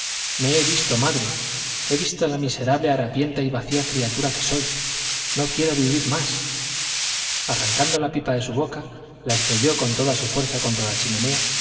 me he visto madre he visto la miserable harapienta y vacía criatura que soy no quiero vivir más arrancando la pipa de su boca la estrelló con toda su fuerza contra la chimenea